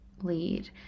lead